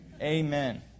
Amen